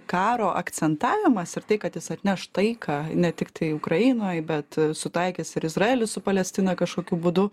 karo akcentavimas ir tai kad jis atneš taiką ne tiktai ukrainoj bet sutaikys ir izraelį su palestina kažkokiu būdu